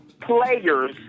Players